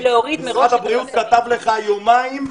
משרד הבריאות כתב לך יומיים,